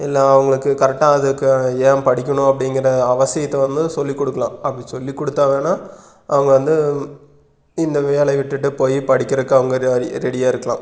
இல்லை அவங்களுக்கு கரெட்டாக அதுக்கு ஏன் படிக்கணும் அப்படிங்குற அவசியத்தை வந்து சொல்லிக்கொடுக்கலாம் அப்படி சொல்லிக்கொடுத்தா வேணால் அவங்க வந்து இந்த வேலையை விட்டுட்டு போய் படிக்கிறதுக்கு அவங்க ரெடியாக இருக்கலாம்